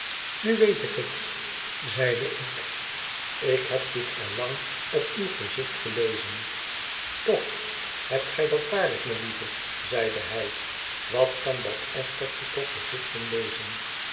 nu weet ik het zeide ik ik heb dit al lang op uw gezicht gelezen toch hebt gij dat waarlijk melieve zeide hij wat kan dat esthertje toch gezichten lezen